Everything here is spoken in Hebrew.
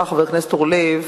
חבר הכנסת אורלב,